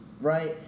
right